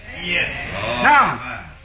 Now